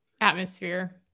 atmosphere